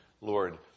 Lord